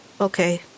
okay